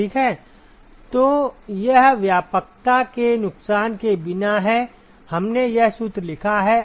ठीक तो यह व्यापकता के नुकसान के बिना है हमने यह सूत्र लिखा है